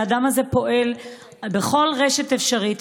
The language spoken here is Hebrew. האדם הזה פועל בכל רשת אפשרית,